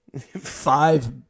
five